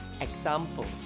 examples